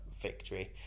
victory